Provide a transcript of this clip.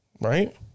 right